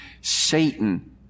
Satan